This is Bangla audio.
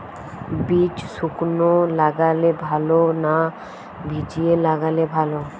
বীজ শুকনো লাগালে ভালো না ভিজিয়ে লাগালে ভালো?